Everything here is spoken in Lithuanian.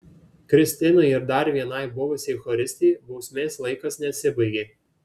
kristinai ir dar vienai buvusiai choristei bausmės laikas nesibaigė